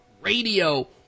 radio